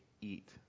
eat